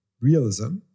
realism